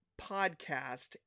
podcast